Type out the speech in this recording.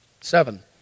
seven